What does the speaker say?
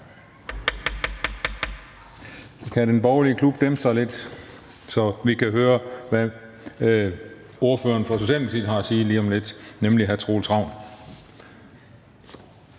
Kan den borgerlige klub dæmpe sig lidt, så vi kan høre, hvad ordføreren for Socialdemokratiet har at sige lige om lidt, nemlig hr. Troels Ravn?